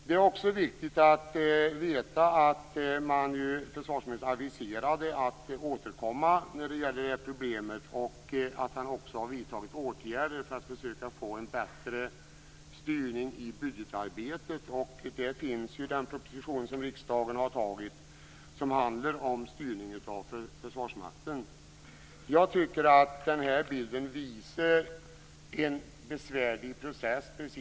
Det är också viktigt att veta att försvarsministern aviserade att återkomma med anledning av det här problemet och att han också har vidtagit åtgärder för att försöka få en bättre styrning i budgetarbetet. Riksdagen har ju också antagit en proposition som handlar om styrningen av Försvarsmakten. Jag menar att den här bilden visar en besvärlig process.